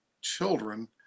children